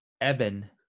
Eben